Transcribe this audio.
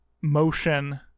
motion